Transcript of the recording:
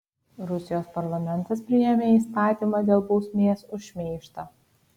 rusijos parlamentas priėmė įstatymą dėl bausmės už šmeižtą